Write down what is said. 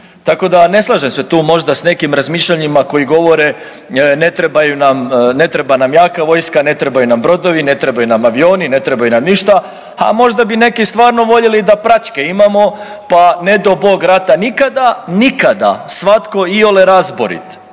Tako da ne slažem se tu možda s nekim razmišljanjima koji govore ne treba nam jaka vojska, ne trebaju na brodovi, ne trebaju nam avioni, ne treba nam ništa, ha možda bi neki stvarno voljeli da praćke imamo pa ne do Bog rata nikada, nikada svatko iole razborit